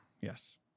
yes